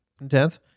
intense